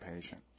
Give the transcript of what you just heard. patient